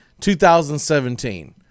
2017